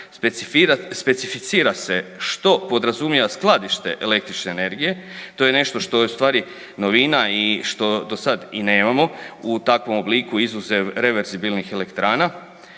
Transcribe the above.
specificira se što podrazumijeva skladište električne energije. To je nešto što je ustvari novina i što do sad i nemamo u takvom obliku izuzev reverzibilnih elektrana,